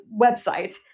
website